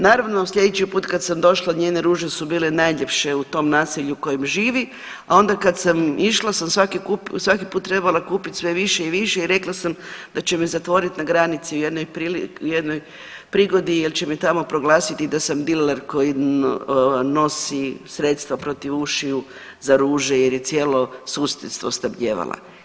Naravno sljedeći put kada sam došla njene ruže su bile najljepše u tom naselju u kojem živi, a onda kada sam išla sam svaki put trebala kupiti sve više i više i rekla sam da će me zatvoriti na granici u jednoj prigodi jer će me tamo proglasiti da sam diler koji nosi sredstva protiv ušiju za ruže jer je cijelo susjedstvo snabdijevala.